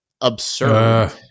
absurd